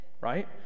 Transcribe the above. Right